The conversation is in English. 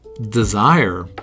desire